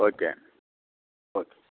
okay అండి okay